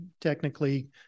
technically